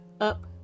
up